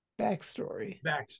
backstory